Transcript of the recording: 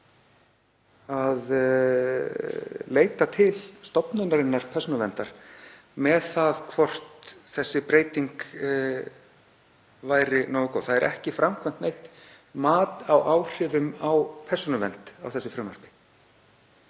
að leita til stofnunarinnar Persónuverndar með það hvort þessi breyting væri nógu góð. Það er ekki framkvæmt neitt mat á áhrifum á persónuvernd í þessu frumvarpi.